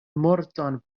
morton